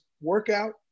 workout